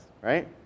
right